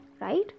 right